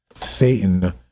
Satan